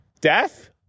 death